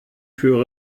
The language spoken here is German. für